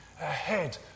ahead